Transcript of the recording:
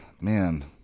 man